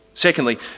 Secondly